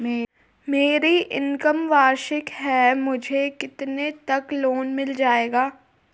मेरी इनकम वार्षिक है मुझे कितने तक लोन मिल जाएगा?